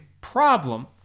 problem